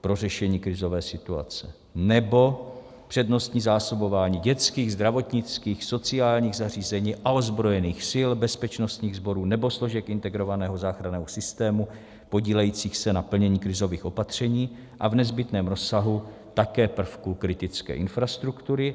pro řešení krizové situace nebo přednostní zásobování dětských, zdravotnických, sociálních zařízení a ozbrojených sil, bezpečnostních sborů nebo složek integrovaného záchranného systému podílejících se na plnění krizových opatření a v nezbytném rozsahu také prvků kritické infrastruktury.